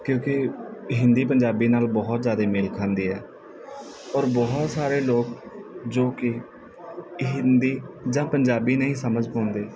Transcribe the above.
ਕਿਉਂਕਿ ਹਿੰਦੀ ਪੰਜਾਬੀ ਨਾਲ ਬਹੁਤ ਜ਼ਿਆਦਾ ਮੇਲ ਖਾਂਦੀ ਹੈ ਔਰ ਬਹੁਤ ਸਾਰੇ ਲੋਕ ਜੋ ਕਿ ਹਿੰਦੀ ਜਾਂ ਪੰਜਾਬੀ ਨਹੀਂ ਸਮਝ ਪਾਉਂਦੇ